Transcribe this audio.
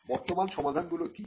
বর্তমান সমাধানগুলি কি কি